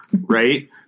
Right